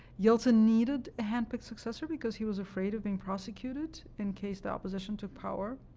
yeltsin needed a handpicked successor because he was afraid of being prosecuted in case the opposition took power